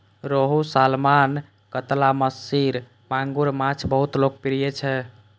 रोहू, सालमन, कतला, महसीर, मांगुर माछ बहुत लोकप्रिय छै